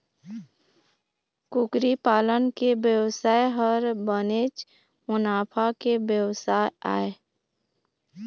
कुकरी पालन के बेवसाय ह बनेच मुनाफा के बेवसाय आय